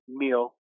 meal